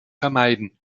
vermeiden